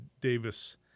Davis